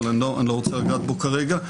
אבל אני לא רוצה לגעת בו כרגע.